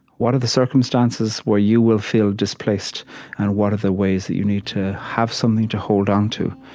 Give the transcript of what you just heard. what are the circumstances where you will feel displaced and what are the ways that you need to have something to hold onto,